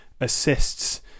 assists